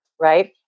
right